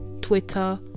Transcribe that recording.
Twitter